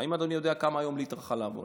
האם אדוני יודע כמה היום ליטר חלב?